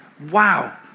Wow